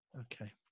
Okay